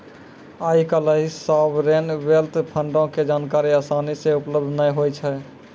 आइ काल्हि sovereign wealth फंडो के जानकारी असानी से उपलब्ध नै होय छै